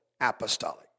apostolic